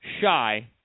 shy